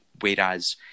Whereas